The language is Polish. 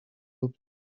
lub